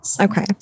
Okay